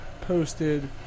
posted